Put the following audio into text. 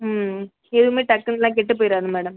ம் எதுவுமே டக்குன்னுலாம் கெட்டுப் போய்டாது மேடம்